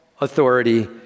authority